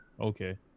Okay